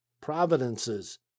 providences